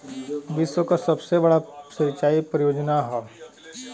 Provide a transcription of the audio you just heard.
विश्व के सबसे बड़ा सिंचाई परियोजना हौ